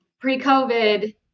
pre-COVID